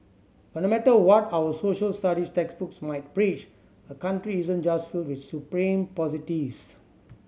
but no matter what our Social Studies textbooks might preach a country isn't just filled with supreme positives